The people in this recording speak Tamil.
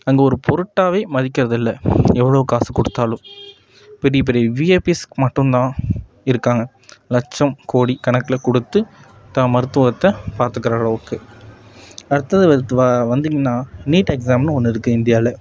அங்கே ஒரு பொருட்டாகவே மதிக்கிறதில்ல எவ்வளோ காசு கொடுத்தாலும் பெரிய பெரிய வீஐபீஸ்க்கு மட்டும்தான் இருக்காங்க லட்சம் கோடி கணக்கில் கொடுத்து தான் மருத்துவத்தை பார்த்துக்குறளவுக்கு அடுத்தது வந்திங்கனா நீட் எக்ஸாம்னு ஒன்று இருக்குது இந்தியாவில்